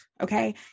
okay